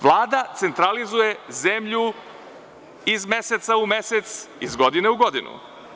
Vlada centralizuje zemlju iz meseca u mesec, iz godine u godinu.